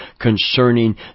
concerning